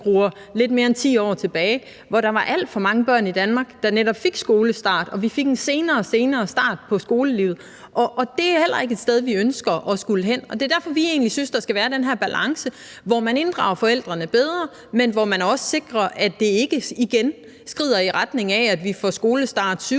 lidt mere end 10 år tilbage, hvor der var alt for mange børn i Danmark, der netop fik udsat skolestart, og vi fik en senere og senere start på skolelivet, og det er heller ikke et sted, vi ønsker at skulle hen. Det er derfor, vi egentlig synes, der skal være den her balance, hvor man inddrager forældrene bedre, men hvor man også sikrer, at det ikke igen skrider i retning af, at vi får skolestart i